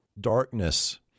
Darkness